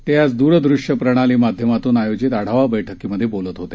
ते आज दूरवृष्य प्रणाली माध्यमातून आयोजित आढावा बैठकीत बोलत होते